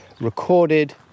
recorded